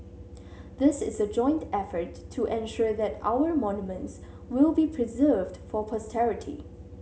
this is a joint effort to ensure that our monuments will be preserved for posterity